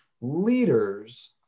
Leaders